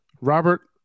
robert